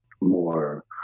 more